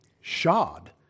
shod